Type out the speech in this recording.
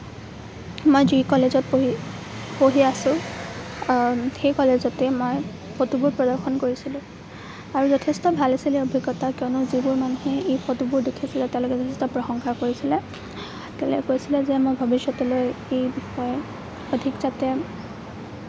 মই যি কলেজত পঢ়ি পঢ়ি আছোঁ সেই কলেজতে মই ফটোবোৰ প্ৰদৰ্শন কৰিছিলোঁ আৰু যথেষ্ট ভাল আছিলে অভিজ্ঞতা কাৰণ যিবোৰ মানুহে এই ফটোবোৰ দেখিছিলে তেওঁলোকে যথেষ্ট প্ৰশংসা কৰিছিলে কৈছিলে যে মই ভৱিষ্যতলৈ এই বিষয়ে অধিক যাতে